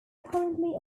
currently